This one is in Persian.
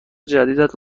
جدیدت